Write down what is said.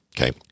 Okay